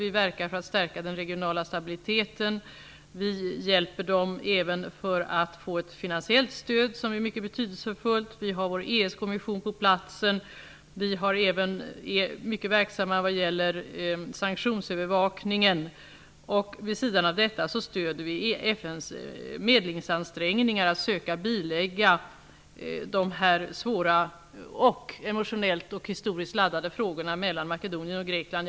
Vi verkar för att stärka den regionala stabiliteten, och vi hjälper landet med ett finansiellt stöd som är mycket betydelsefullt. ESK-missionen finns på platsen och är mycket verksam vad gäller sanktionsövervakningen. Vid sidan av detta stöder vi FN:s medlingsansträngningar att söka bilägga dessa svåra och emotionellt och historiskt laddade frågor mellan Makedonien och Grekland.